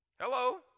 Hello